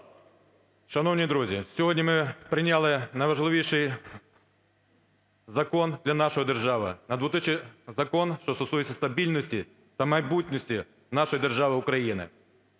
Шановні друзі, сьогодні ми прийняли найважливіший закон для нашої держави – закон, що стосується стабільності та майбутності нашої держави України.